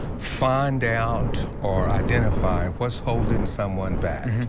find out are identify was holding someone back.